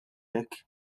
hekk